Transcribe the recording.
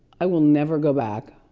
i will never go back.